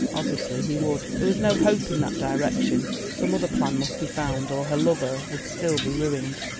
obviously he would. there was no hope in that direction. some other plan must be found or her lover would still be ruined.